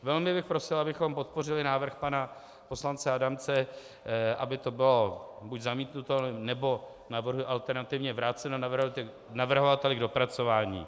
Velmi bych prosil, abychom podpořili návrh pana poslance Adamce, aby to bylo buď zamítnuto, nebo navrhuji alternativně vráceno navrhovateli k dopracování.